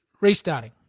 restarting